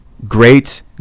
Great